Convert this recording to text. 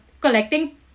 collecting